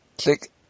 Click